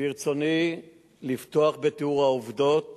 ברצוני לפתוח בתיאור העובדות